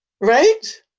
right